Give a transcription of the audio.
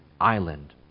island